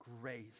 grace